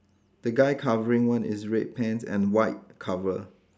the guy covering one is red pants and white cover